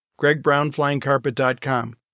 gregbrownflyingcarpet.com